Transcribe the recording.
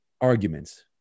arguments